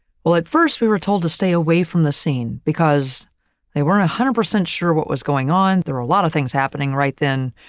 well, at first, we were told to stay away from the scene because they weren't one hundred percent sure what was going on? there are a lot of things happening right then.